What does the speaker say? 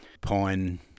pine